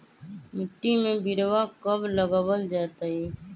मिट्टी में बिरवा कब लगवल जयतई?